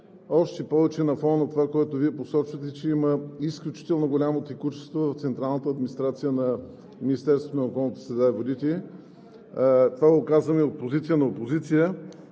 още повече на фона на това, което Вие посочвате, че има изключително голямо текучество в централната администрация на Министерството на околната среда и водите. Това го казвам и от позицията на опозиция,